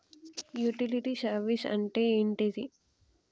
Utility service అంటే ఏంటిది?